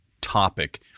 topic